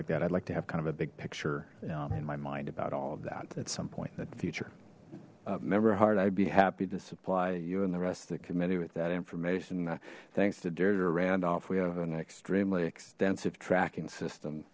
like that i'd like to have kind of a big picture in my mind about all of that at some point in the future remember hard i'd be happy to supply you and the rest of the committee with that information thanks to dirt or randolph we have an extremely extensive tracking system